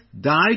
died